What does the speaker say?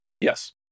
Yes